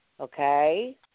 okay